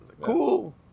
cool